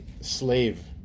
slave